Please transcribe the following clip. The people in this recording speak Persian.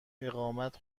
اقامت